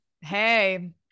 Hey